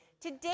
today